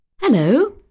Hello